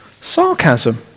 sarcasm